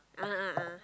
a'ah a'ah